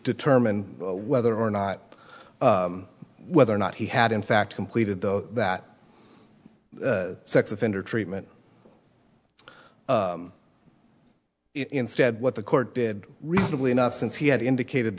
determine whether or not whether or not he had in fact completed those that sex offender treatment instead what the court did reasonably enough since he had indicated